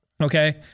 Okay